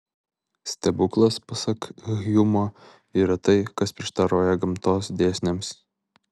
stebuklas pasak hjumo yra tai kas prieštarauja gamtos dėsniams